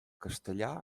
castellà